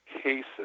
cases